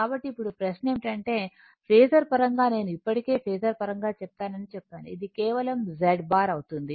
కాబట్టి ఇప్పుడు ప్రశ్న ఏమిటంటే ఫేసర్ పరంగా నేను ఇప్పటికే ఫేసర్ పరంగా చెప్పానని చెప్పాను ఇది కేవలం Z బార్ అవుతుంది